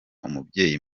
umubyeyi